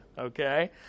Okay